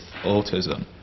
autism